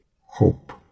hope